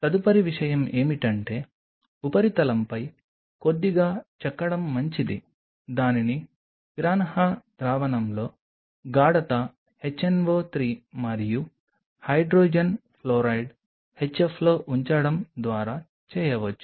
తదుపరి విషయం ఏమిటంటే ఉపరితలంపై కొద్దిగా చెక్కడం మంచిది దానిని పిరాన్హా ద్రావణంలో గాఢత HNO 3 మరియు హైడ్రోజన్ ఫ్లోరైడ్ HFలో ఉంచడం ద్వారా చేయవచ్చు